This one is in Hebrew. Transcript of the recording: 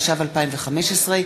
התשע"ו 2015,